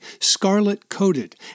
scarlet-coated